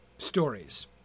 Stories